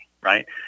right